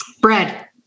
bread